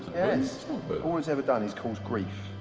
has. but all it's ever done has caused grief.